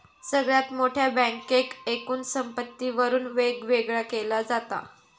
सगळ्यात मोठ्या बँकेक एकूण संपत्तीवरून वेगवेगळा केला जाता